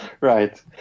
right